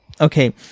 Okay